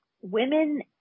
women